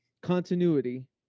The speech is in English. continuity